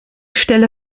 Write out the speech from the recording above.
stelle